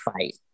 fight